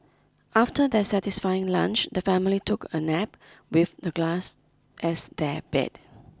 after their satisfying lunch the family took a nap with the glass as their bed